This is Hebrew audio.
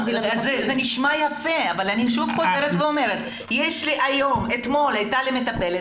זה נשמע יפה אבל אני שוב חוזרת ואומרת שאתמול הייתה לי מטפלת